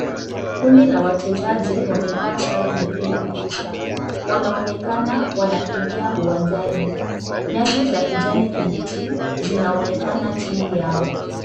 Kundi la wachezaji wamevaa sare nyekundu kabisa. Wanaonekana wanakimbia uwanjani. Nyasi za kijani kibichi zinaonekana chini yao.